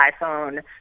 iPhone